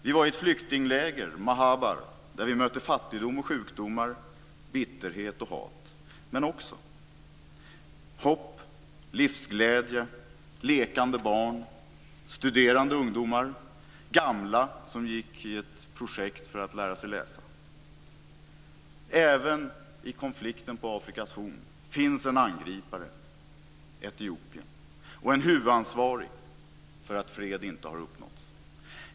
Vi var i ett flyktingläger, Mahabar, där vi mötte fattigdom och sjukdomar, bitterhet och hat men också hopp, livsglädje, lekande barn, studerande ungdomar och gamla som var med i ett projekt för att lära sig att läsa. Även i konflikten på Afrikas horn finns en angripare - Etiopien - och en huvudansvarig för att fred inte har uppnåtts.